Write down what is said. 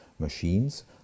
machines